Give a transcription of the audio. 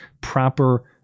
proper